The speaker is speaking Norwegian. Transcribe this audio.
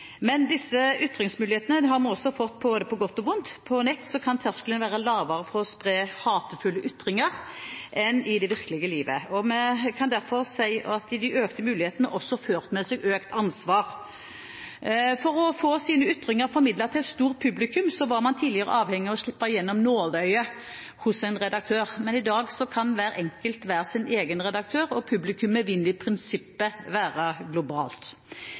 Men disse ytringsmulighetene har vi fått både på godt og vondt. På nett kan terskelen være lavere for å spre hatefulle ytringer enn i det virkelige livet. Vi kan derfor si at de økte mulighetene også har ført med seg økt ansvar. For å få sine ytringer formidlet til et stort publikum var man tidligere avhengig av å slippe gjennom nåløyet hos en redaktør. I dag kan hver enkelt være sin egen redaktør, og publikum vil i prinsippet være globalt.